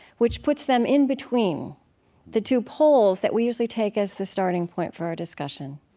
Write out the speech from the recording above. which puts them in between the two poles that we usually take as the starting point for our discussion.